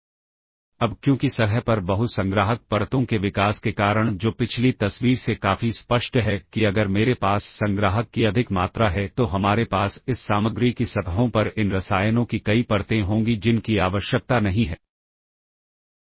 यह return address को stack के सबसे ऊपर से निकलेगा और प्रोग्राम काउंटर को रिटर्न एड्रेस के साथ लोड कर देगा और जैसा कि हम जानते हैं की एक प्रोग्राम काउंटर रजिस्टर असल में इंस्ट्रक्शन को खोजता है जो की अगले चरण में एग्जीक्यूट किया जाएगा